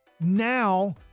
now